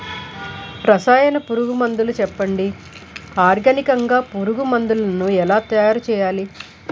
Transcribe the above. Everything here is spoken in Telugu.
రసాయన పురుగు మందులు చెప్పండి? ఆర్గనికంగ పురుగు మందులను ఎలా తయారు చేయాలి?